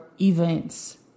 events